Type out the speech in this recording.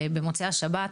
במוצאי השבת,